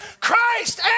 Christ